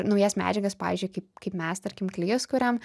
naujas medžiagas pavyzdžiui kaip kaip mes tarkim klijus kuriam